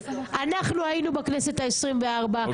אנחנו היינו בכנסת ה-24,